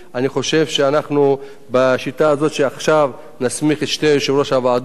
אני חושב שבשיטה הזאת שעכשיו נסמיך את שני יושבי-ראש הוועדות,